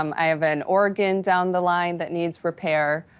um i have an organ down the line that needs repair.